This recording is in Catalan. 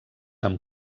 amb